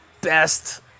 best